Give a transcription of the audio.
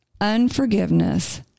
unforgiveness